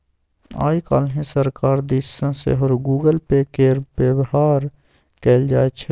आय काल्हि सरकार दिस सँ सेहो गूगल पे केर बेबहार कएल जाइत छै